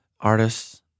artists